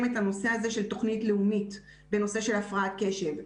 את הנושא הזה של תכנית לאומית בנושא של הפרעת קשב.